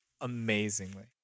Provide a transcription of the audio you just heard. amazingly